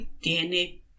tiene